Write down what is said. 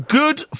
good